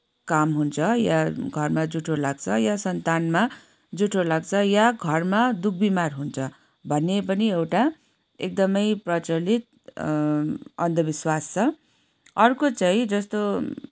काम हुन्छ या घरमा जुठो लाग्छ या सन्तानमा जुठो लाग्छ या घरमा दुख बिमार हुन्छ भन्ने पपनि एउटा एकदमै प्रचलित अन्धविश्वास छ अर्को चाहिँ जस्तो